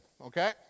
okay